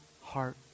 heart